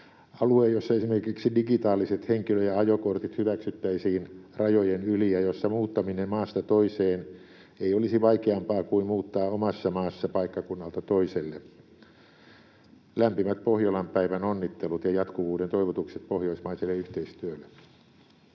Alue, jossa esimerkiksi digitaaliset henkilö- ja ajokortit hyväksyttäisiin rajojen yli ja jossa muuttaminen maasta toiseen ei olisi vaikeampaa kuin muuttaa omassa maassa paikkakunnalta toiselle. Lämpimät Pohjolan päivän onnittelut ja jatkuvuuden toivotukset pohjoismaiselle yhteistyölle!